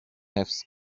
حفظ